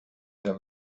der